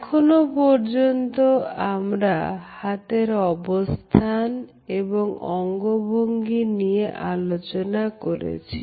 এখনো পর্যন্ত আমরা হাতের অবস্থান এবং অঙ্গভঙ্গি নিয়ে আলোচনা করেছি